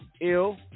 Ill